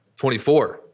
24